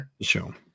Sure